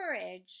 courage